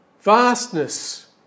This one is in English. vastness